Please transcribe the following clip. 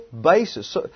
basis